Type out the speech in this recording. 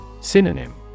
Synonym